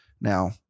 now